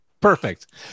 Perfect